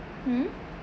hmm